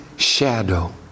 shadow